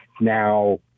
now